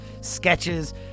sketches